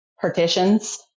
partitions